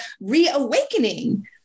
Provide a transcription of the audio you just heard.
reawakening